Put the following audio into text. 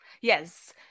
Yes